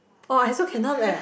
oh I also cannot leh